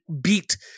beat